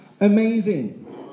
amazing